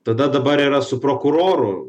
tada dabar yra su prokuroru